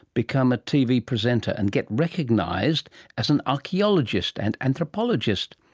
become a tv presenter and get recognised as an archaeologist and anthropologist?